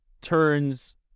turns